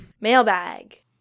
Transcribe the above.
Mailbag